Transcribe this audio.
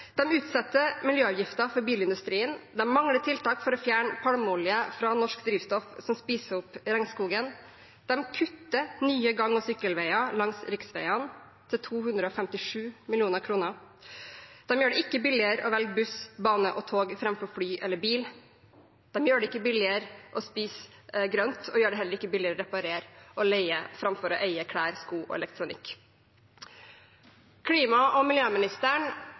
utsetter miljøavgifter for bilindustrien. De mangler tiltak for å fjerne palmeolje fra norsk drivstoff, som spiser opp regnskogen. De kutter til nye gang- og sykkelveier langs riksveiene til 257 mill. kr. De gjør det ikke billigere å velge buss, bane og tog framfor fly eller bil. De gjør det ikke billigere å spise grønt, og de gjør det heller ikke billigere å reparere og å leie framfor å eie klær, sko og elektronikk. Klima- og miljøministeren